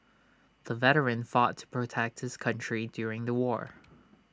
the veteran fought to protect his country during the war